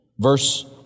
Verse